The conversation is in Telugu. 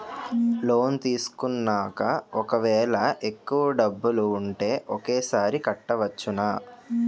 లోన్ తీసుకున్నాక ఒకవేళ ఎక్కువ డబ్బులు ఉంటే ఒకేసారి కట్టవచ్చున?